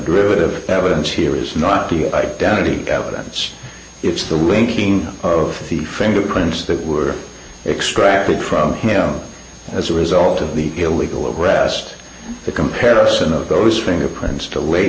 derivative evidence here is not the identity evidence it's the linking of the fingerprints that were extracted from him as a result of the illegal of arrest the comparison of those fingerprints